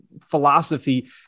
philosophy